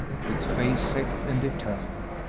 with face set and determined,